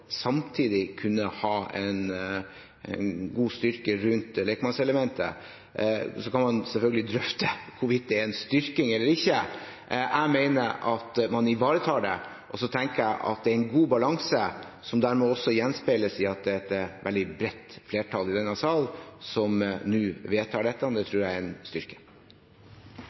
samtidig kunne ha en god styrke rundt lekmannselementet. Man kan selvfølgelig drøfte hvorvidt det er en styrking eller ikke. Jeg mener at man ivaretar det, og så tenker jeg at det er en god balanse som også gjenspeiles ved at det er et veldig bredt flertall i denne sal som nå vedtar dette. Det tror jeg er en